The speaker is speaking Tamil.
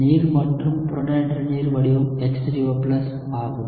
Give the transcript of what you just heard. நீர் மற்றும் புரோட்டானேற்ற நீர் வடிவம் H3O ஆகும்